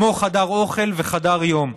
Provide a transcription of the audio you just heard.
כמו חדר אוכל וחדר יום.